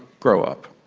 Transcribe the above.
grow up!